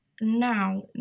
now